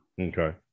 okay